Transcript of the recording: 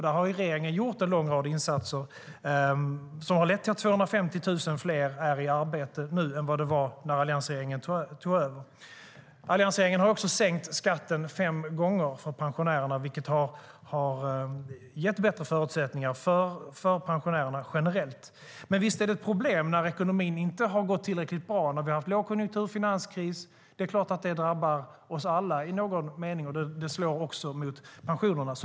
Där har regeringen gjort en lång rad insatser som har lett till att 250 000 fler är i arbete nu än när alliansregeringen tog över. Alliansregeringen har också sänkt skatten fem gånger för pensionärerna, vilket har gett bättre förutsättningar för pensionärerna generellt. Men visst är det ett problem när ekonomin inte har gått tillräckligt bra och vi har haft lågkonjunktur och finanskris. Det är klart att det drabbar oss alla i någon mening. Det slår också mot pensionerna.